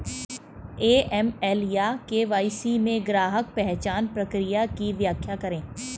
AML या KYC में ग्राहक पहचान प्रक्रिया की व्याख्या करें?